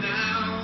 now